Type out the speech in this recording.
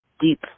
deep